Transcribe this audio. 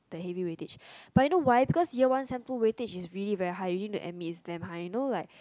the heavy weightage but you know why because year one sem two weightage is really very high usually the M_A is damn high you know like